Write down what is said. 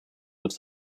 looks